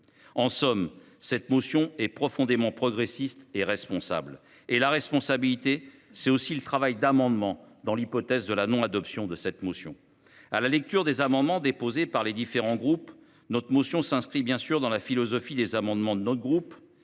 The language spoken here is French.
En somme, cette motion est profondément progressiste et responsable. Et la responsabilité, c’est aussi le travail d’amendement dans l’hypothèse de la non adoption de cette motion. À la lecture des amendements déposés par les différents groupes, j’observe que notre motion s’inscrit bien sûr dans la philosophie de ceux du groupe